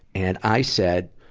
and i said,